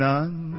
None